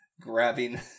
grabbing